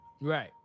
right